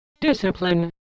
Discipline